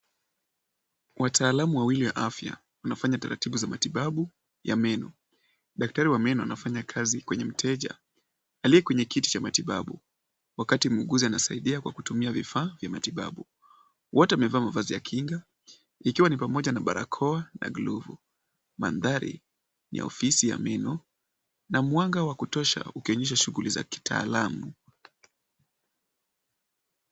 Wataalamu wawili wa afya wanafanya taratibu za matibabu ya meno. Daktari wa meno anafanya kazi kwenye mteja aliye kwenye kiti cha matibabu, wakati muuguzi anasaidia kwa kutumia vifaa vya matibabu. Wote wamevaa mavazi ya kinga ikiwa ni pamoja na barakoa na glovu. Mandhari ni ya ofisi ya meno na mwanga wa kutosha ukionyesha shughuli za kitaalamu.